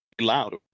loud